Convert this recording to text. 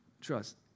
Trust